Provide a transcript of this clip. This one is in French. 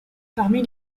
parmi